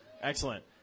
Excellent